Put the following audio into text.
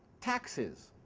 taxes,